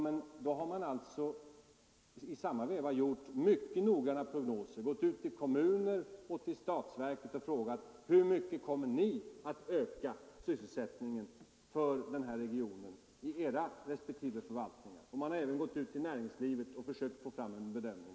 Man har emellertid gjort mycket noggranna prognoser och gått ut till kommuner och statliga verk och frågat: Hur mycket kommer ni i era respektive förvaltningar att öka sysselsättningen i den här regionen? Man har även gått ut till näringslivet och försökt få fram bedömningar.